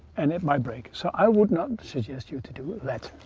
and it might break. so i would not suggest you to do that.